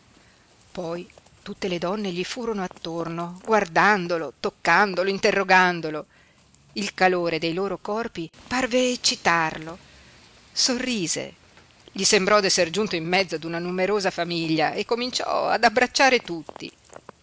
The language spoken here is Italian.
poi tutte le donne gli furono attorno guardandolo toccandolo interrogandolo il calore dei loro corpi parve eccitarlo sorrise gli sembrò d'esser giunto in mezzo ad una numerosa famiglia e cominciò ad abbracciare tutti